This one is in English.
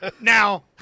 Now